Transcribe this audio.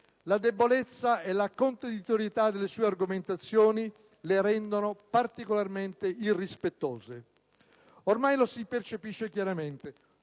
La debolezza e la contraddittorietà delle sue argomentazioni le rendono particolarmente irrispettose, ormai lo si percepisce chiaramente.